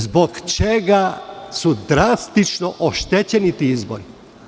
Zbog čega su drastično oštećeni ti izbori?